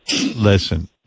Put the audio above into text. Listen